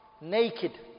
naked